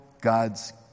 God's